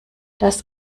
das